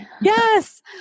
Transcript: Yes